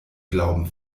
glauben